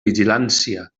vigilància